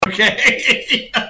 okay